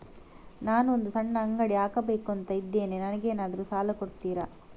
ನಾನು ಒಂದು ಸಣ್ಣ ಅಂಗಡಿ ಹಾಕಬೇಕುಂತ ಇದ್ದೇನೆ ನಂಗೇನಾದ್ರು ಸಾಲ ಕೊಡ್ತೀರಾ?